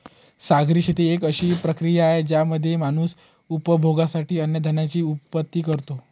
सागरी शेती एक अशी प्रक्रिया आहे ज्यामध्ये माणूस उपभोगासाठी अन्नधान्याची उत्पत्ति करतो